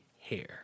hair